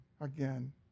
again